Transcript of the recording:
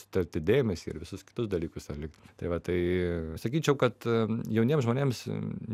sutelkti dėmesį ir visus kitus dalykus atlikt tai va tai sakyčiau kad jauniems žmonėms